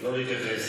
לא להתייחס.